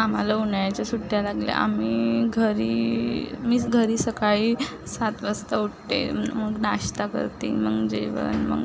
आम्हाला उन्हाळ्याच्या सुट्ट्या लागल्या आम्ही घरी मीच घरी सकाळी सात वाजता उठते मग नाश्ता करते मग जेवण मग